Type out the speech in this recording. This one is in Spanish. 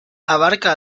abarca